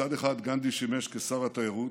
מצד אחד, גנדי שימש כשר התיירות,